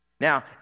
Now